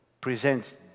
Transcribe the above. presents